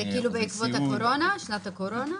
זה כאילו בעקבות שנת הקורונה?